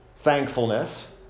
thankfulness